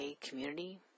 community